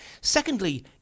Secondly